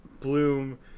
bloom